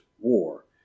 war